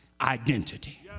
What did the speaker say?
identity